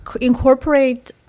Incorporate